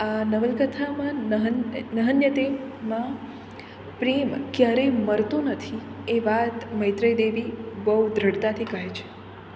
આ નવલકથામાં નહન નહન્યતેમાં પ્રેમ ક્યારેય મરતો નથી એ વાત મૈત્રી દેવી બહુ દૃઢતાથી કહે છે